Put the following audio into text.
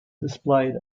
displayed